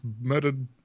murdered